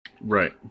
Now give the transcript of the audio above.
Right